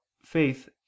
faith